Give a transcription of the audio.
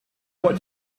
what